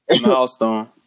Milestone